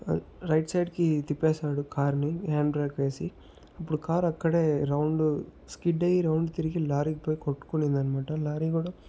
right side కి తిప్పేసాడు car ని హ్యాండ్ బ్రేక్ వేసి అప్పుడు కార్ అక్కడే రౌండు స్కిడ్ అయ్యి రౌండ్ తిరిగి లారీ కి పోయి కొట్టుకొనిందన్నమాట లారీ కూడా